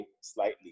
slightly